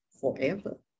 forever